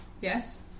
Yes